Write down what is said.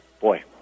boy